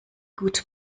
gut